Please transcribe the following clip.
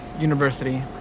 university